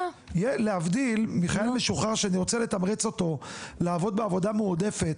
להבדיל מחייל משוחרר שאני רוצה לתמרץ אותו לעבוד בעבודה מועדפת,